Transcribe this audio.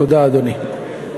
תודה, אדוני.